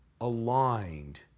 aligned